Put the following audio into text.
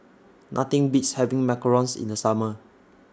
Nothing Beats having Macarons in The Summer